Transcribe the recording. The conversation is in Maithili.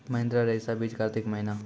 महिंद्रा रईसा बीज कार्तिक महीना?